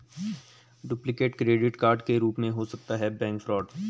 duplicate credit card के रूप में हो सकता है बैंक फ्रॉड